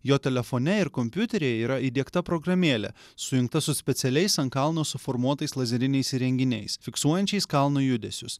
jo telefone ir kompiuteriai yra įdiegta programėlė sujungta su specialiais ant kalno suformuotais lazeriniais įrenginiais fiksuojančiais kalno judesius